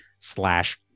slash